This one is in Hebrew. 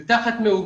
זה כך מעוגן.